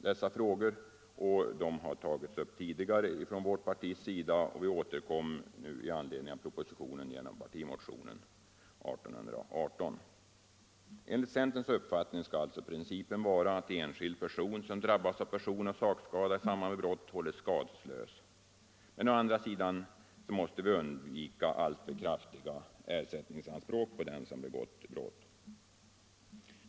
Det har redovisats tidigare av vårt parti, och vi återkom nu till dessa frågor i partimotionen 1818, som har väckts i anledning av propositionen. Enligt centerns uppfattning skall principen vara att enskild person som drabbas av person eller sakskada i samband med brott hålles skadeslös. Å andra sidan måste man undvika alltför kraftiga skadeståndsanspråk mot den som har begått brott.